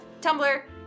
Tumblr